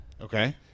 Okay